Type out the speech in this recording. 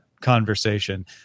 conversation